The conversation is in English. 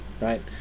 right